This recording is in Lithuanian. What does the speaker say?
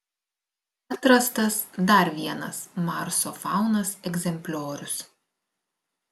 atrastas dar vienas marso faunos egzempliorius